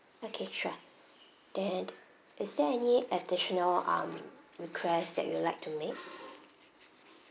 okay sure then is there any additional um request that you'd like to make